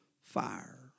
fire